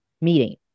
meeting